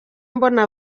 mbona